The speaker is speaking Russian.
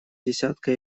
десятка